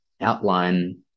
outline